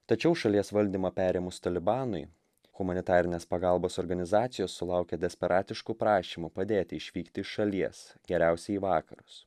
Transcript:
tačiau šalies valdymą perėmus talibanui humanitarinės pagalbos organizacijos sulaukė desperatiškų prašymų padėti išvykti iš šalies geriausia į vakarus